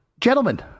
Gentlemen